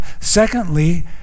secondly